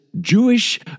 Jewish